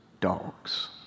dogs